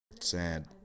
Sad